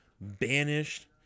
banished